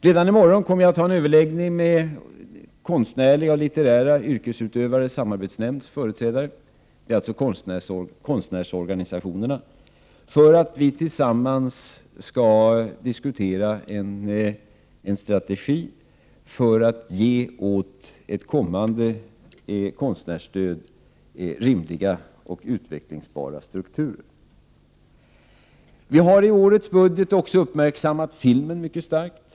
Redan i morgon kommer jag att ha en överläggning med företrädare för Konstnärliga och litterära yrkesutövares samarbetsnämnd — alltså konstnärsorganisationerna — för att vi tillsammans skall diskutera en strategi för att ge åt ett kommande konstnärsstöd rimliga och utvecklingsbara strukturer. Vi har i årets budget också uppmärksammat filmen mycket starkt.